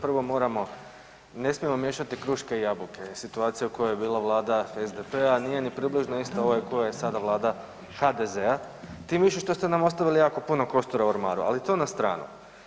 Prvo moramo, ne smijemo miješati kruške i jabuke, situacija u kojoj je bila Vlada SDP-a nije ni približno ista ovoj u kojoj je sada Vlada HDZ-a, tim više što ste nam ostavili jako puno kostura u ormaru, ali to na stranu.